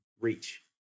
reach